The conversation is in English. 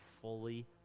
fully